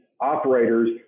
operators